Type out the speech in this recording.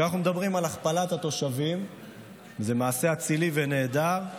כשאנחנו מדברים על הכפלת התושבים זה מעשה אצילי ונהדר,